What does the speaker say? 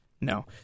no